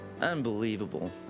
Unbelievable